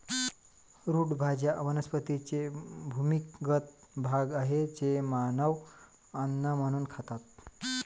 route भाज्या वनस्पतींचे भूमिगत भाग आहेत जे मानव अन्न म्हणून खातात